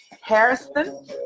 Harrison